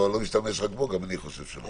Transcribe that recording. לא נשתמש רק בו, גם אני חושב שלא.